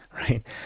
right